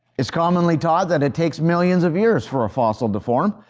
it's commonly taught that it takes millions of years for a fossil to form.